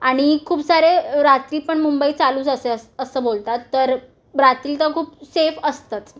आणि खूप सारे रात्री पण मुंबई चालूच असते असं बोलतात तर रात्री तर खूप सेफ असतंच